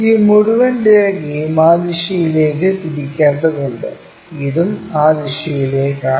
ഈ മുഴുവൻ രേഖയും ആ ദിശയിലേക്ക് തിരിക്കേണ്ടതുണ്ട് ഇതും ആ ദിശയിലേക്കാണ്